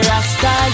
Rasta